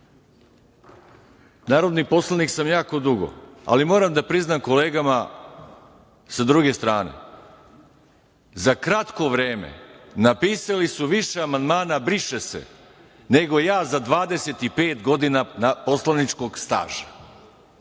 poslanik sam jako dugo, ali moram da priznam kolegama sa druge strane. Za kratko vreme napisali su više amandman briše se nego ja za 25 godina poslaničkog staža.